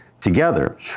together